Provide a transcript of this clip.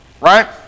right